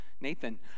Nathan